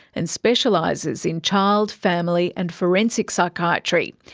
and specialises in child, family and forensic psychiatry.